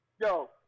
Yo